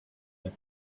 like